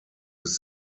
bis